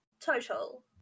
total